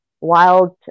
wild